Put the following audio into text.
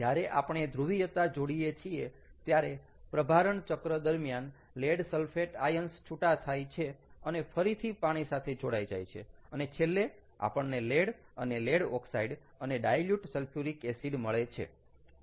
જ્યારે આપણે ધ્રુવીયતા જોડીએ છીએ ત્યારે પ્રભારણ ચક્ર દરમિયાન લેડ સલ્ફેટ આયન્સ છુટા થાય છે અને ફરીથી પાણી સાથે જોડાઈ જાય છે અને છેલ્લે આપણને લેડ અને લેડ ઓકસાઈડ અને ડાઈલ્યુટ સલ્ફ્યુરિક એસિડ મળે છે